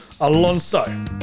Alonso